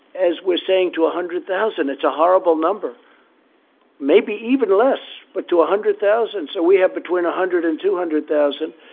as we're saying, to a hundred thousand it's a horrible number maybe even less, but to a hundred thousand so we have between a hundred and two hundred thousand